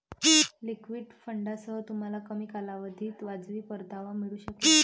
liquid फंडांसह, तुम्हाला कमी कालावधीत वाजवी परतावा मिळू शकेल